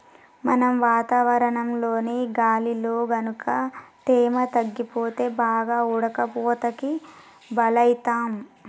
మనం వాతావరణంలోని గాలిలో గనుక తేమ తగ్గిపోతే బాగా ఉడకపోతకి బలౌతాం